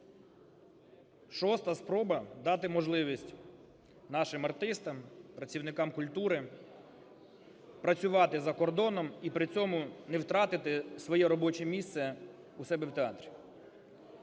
Шоста спроба дати можливість нашим артистам, працівникам культури працювати за кордоном і при цьому не втратити своє робоче місце у себе в театрі.